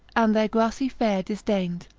and their grassy fare disdain'd.